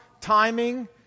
timing